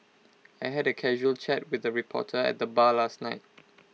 I had A casual chat with A reporter at the bar last night